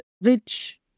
rich